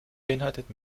beinhaltet